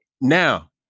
Now